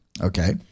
Okay